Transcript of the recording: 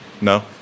No